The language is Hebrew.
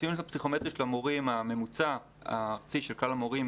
הציון של הפסיכומטרי הממוצע הארצי של כלל המורים,